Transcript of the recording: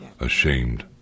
ashamed